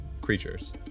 creatures